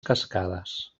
cascades